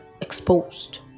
exposed